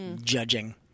Judging